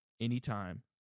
anytime